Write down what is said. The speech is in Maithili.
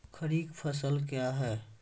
खरीफ फसल क्या हैं?